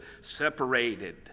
separated